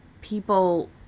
people